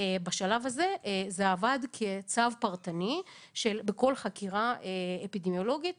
בשלב הזה זה עבד כצו פרטני שבכל חקירה אפידמיולוגית